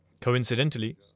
Coincidentally